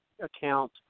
account